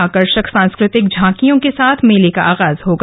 आकर्षक सांस्कृतिक झांकियों के साथ मेले का आगाज होगा